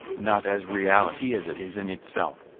not as reality as it is in itself,